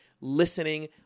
listening